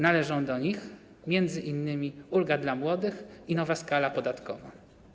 Należą do nich m.in. ulga dla młodych i nowa skala podatkowa.